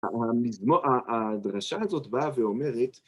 המזמור, הדרשה הזאת באה ואומרת,